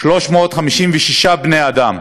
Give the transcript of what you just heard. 356 בני-אדם,